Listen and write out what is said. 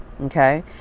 Okay